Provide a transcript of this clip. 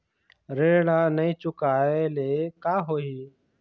ऋण ला नई चुकाए ले का होही?